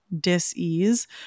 dis-ease